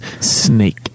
snake